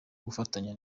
gufatanya